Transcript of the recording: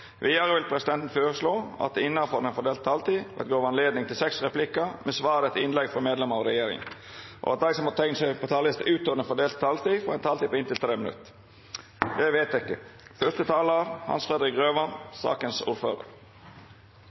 Vidare vil presidenten føreslå at det – innanfor den fordelte taletida – vert gjeve anledning til inntil seks replikkar med svar etter innlegg frå medlemer av regjeringa, og at dei som måtte teikna seg på talarlista utover den fordelte taletida, får ei taletid på inntil 3 minutt. – Det er vedteke.